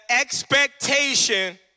expectation